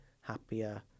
happier